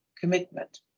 commitment